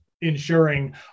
ensuring